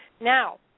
now